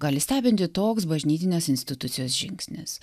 gali stebinti toks bažnytinės institucijos žingsnis